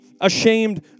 ashamed